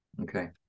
Okay